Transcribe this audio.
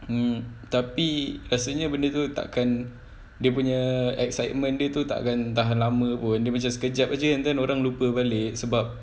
mm tapi rasanya benda tu takkan dia punya excitement tu dia takkan tahan lama pun dia macam sekejap jer and then orang lupa balik sebab